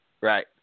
Right